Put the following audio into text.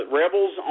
rebels